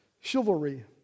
chivalry